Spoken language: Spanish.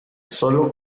solo